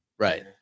right